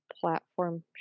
platform